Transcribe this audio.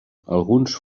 alguns